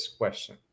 question